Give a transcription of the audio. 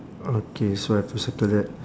okay so I have to circle that